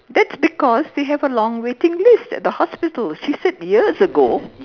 that's because they have a long waiting list at the hospital she said years ago